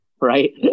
right